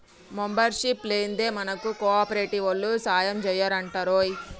membership లేందే మనకు కోఆపరేటివోల్లు సాయంజెయ్యరటరోయ్